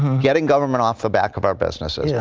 getting government off the back of our businesses, yeah